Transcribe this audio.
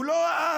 הוא לא העם,